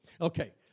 Okay